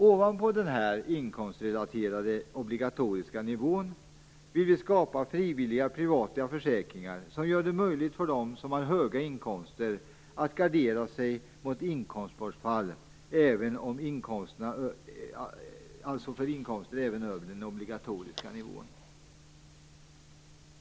Ovanpå denna inkomstrelaterade obligatoriska nivå vill vi skapa frivilliga privata försäkringar som gör det möjligt för den som har höga inkomster att gardera sig mot inkomstbortfall även för inkomster över den obligatoriska nivån.